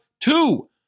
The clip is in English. two